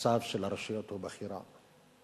המצב של הרשויות הוא בכי רע,